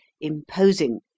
imposing